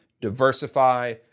diversify